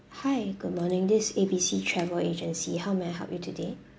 hi good morning this A B C travel agency how may I help you today